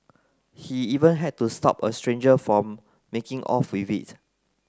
he even had to stop a stranger from making off with it